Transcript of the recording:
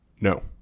no